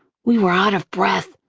we were out of breath,